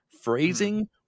phrasing